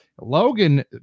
logan